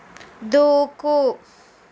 దూకు